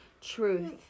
Truth